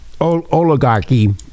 oligarchy